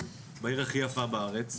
בעיר הכי יפה בארץ,